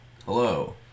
hello